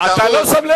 הוא טעות והוא לא חוקי.